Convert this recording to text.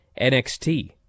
NXT